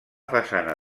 façana